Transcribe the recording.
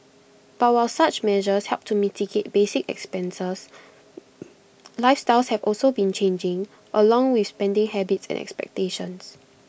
but while such measures help to mitigate basic expenses lifestyles have also been changing along with spending habits and expectations